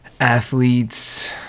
athletes